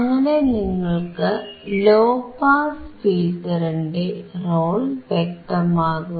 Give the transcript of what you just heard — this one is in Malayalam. അങ്ങനെ നിങ്ങൾക്ക് ലോ പാസ് ഫിൽറ്ററിന്റെ റോൾ വ്യക്തമാകും